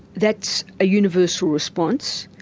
that's a universal response,